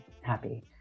happy